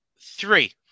Three